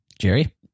Jerry